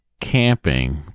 camping